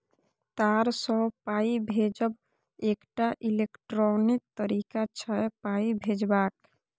तार सँ पाइ भेजब एकटा इलेक्ट्रॉनिक तरीका छै पाइ भेजबाक